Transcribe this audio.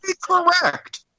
correct